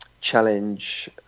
Challenge